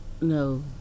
no